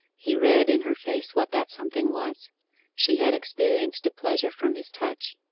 he read in her face what that something was she had experienced a pleasure from his touch.